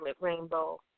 rainbow